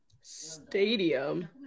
Stadium